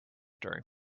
during